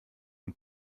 und